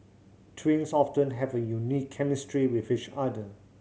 twins often have a unique chemistry with each other